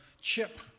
chip